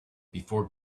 before